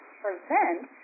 prevent